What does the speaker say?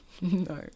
No